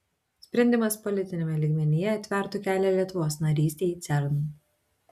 sprendimas politiniame lygmenyje atvertų kelią lietuvos narystei cern